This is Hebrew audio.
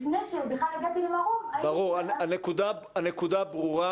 הנקודה ברורה.